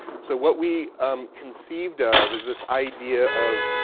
so what we um conceived of is this idea of,